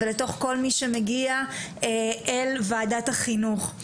ולתוך כל מי שמגיע אל וועדת החינוך.